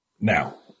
Now